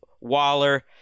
Waller